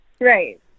right